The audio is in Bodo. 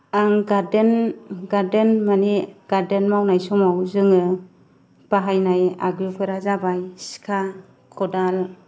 आं गार्देन गार्देन मानि गार्देन मावनाय समाव जोङो बाहायनाय आगजुफोरा जाबाय सिखा खदाल